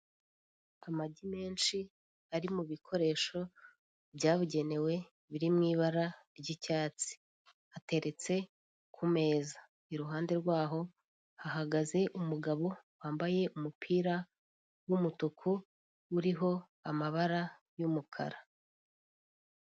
Amagi menshi ari mu bikoresho byabugenewe, biri mu ibara ry'icyatsi. Ateretse ku meza. Iruhande rwaho hahagaze umugabo wambaye umupira w'umutuku, uriho amabara y'umukara.